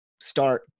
start